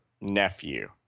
nephew